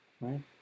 right